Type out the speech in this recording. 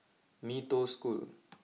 Mee Toh School